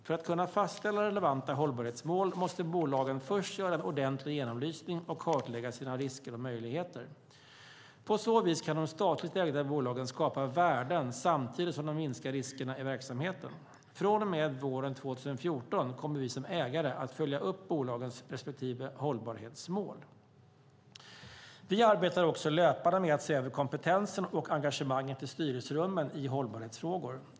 För att kunna fastställa relevanta hållbarhetsmål måste bolagen först göra en ordentlig genomlysning och kartlägga sina risker och möjligheter. På så vis kan de statligt ägda bolagen skapa värden samtidigt som de minskar riskerna i verksamheten. Från och med våren 2014 kommer vi som ägare att följa upp bolagens respektive hållbarhetsmål. Vi arbetar också löpande med att se över kompetensen och engagemanget i styrelserummen i hållbarhetsfrågor.